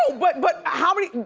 no, but but how many?